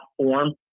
platform